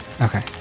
Okay